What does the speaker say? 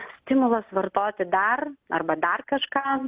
stimulas vartoti dar arba dar kažką